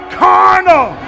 carnal